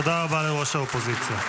תודה רבה לראש האופוזיציה.